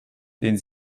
den